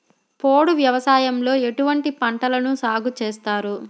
పోడు వ్యవసాయంలో ఎటువంటి పంటలను సాగుచేస్తారు?